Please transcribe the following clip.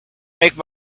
make